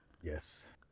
Yes